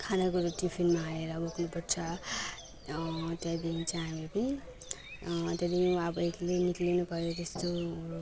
खाने कुरोहरू टिफिनमा हालेर बोक्नु पर्छ त्यहाँदेखिन् चाहिँ हामी पनि त्यहाँदेखिन् अब एक्लै निक्लिनु पऱ्यो जस्तो